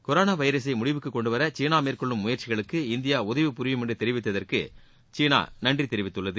corona வைரஸை முடிவுக்கு கொண்டுவர சீனா மேற்கொள்ளும் முயற்சிகளுக்கு இந்தியா உதவி புரியும் என்று தெரிவித்ததற்கு சீனா நன்றி தெரிவித்துள்ளது